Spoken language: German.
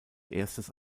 erstes